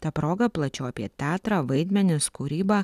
ta proga plačiau apie teatrą vaidmenis kūrybą